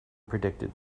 predicted